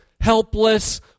helpless